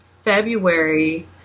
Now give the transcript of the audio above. February